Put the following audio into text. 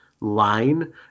line